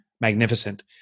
magnificent